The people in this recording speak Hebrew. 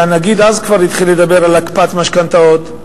הנגיד כבר אז התחיל לדבר על הקפאת משכנתאות.